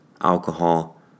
alcohol